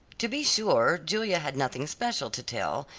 to be sure, julia had nothing special to tell,